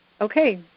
Okay